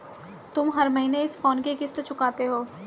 तुम हर महीने इस फोन की कितनी किश्त चुकाते हो?